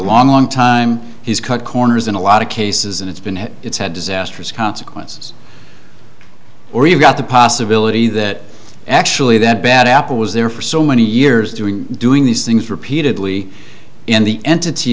long long time he's cut corners in a lot of cases and it's been it's had disastrous consequences or you've got the possibility that actually that bad apple was there for so many years doing doing these things repeatedly in the entity